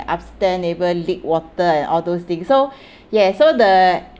upstairs neighbour leak water and all those thing so yeah so the